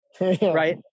Right